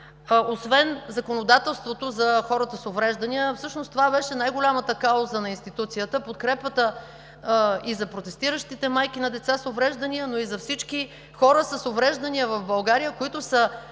Освен законодателството за хората с увреждания, всъщност това беше най-голямата кауза на институцията – подкрепата и за протестиращите майки на деца с увреждания, но и за всички хора с увреждания в България, които са